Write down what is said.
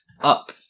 up